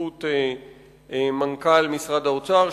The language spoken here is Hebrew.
בהשתתפות מנכ"ל משרד האוצר,